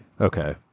Okay